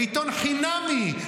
עיתון חינמי,